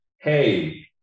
hey